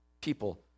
people